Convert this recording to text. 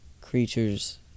creatures